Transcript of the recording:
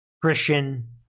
Christian